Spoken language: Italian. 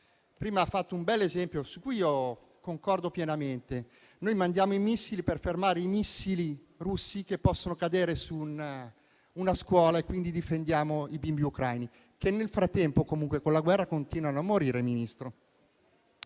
Prima ha fatto un bell'esempio, su cui concordo pienamente: noi mandiamo i missili per fermare i missili russi che possono cadere su una scuola e, quindi, difendiamo i bimbi ucraini, che nel frattempo comunque con la guerra continuano a morire, Ministro.